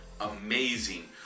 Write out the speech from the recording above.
amazing